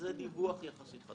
זה דיווח יחסית חדש.